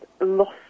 lost